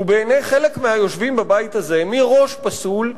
הוא בעיני חלק מהיושבים בבית הזה מראש פסול,